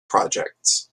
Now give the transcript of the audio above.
projects